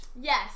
Yes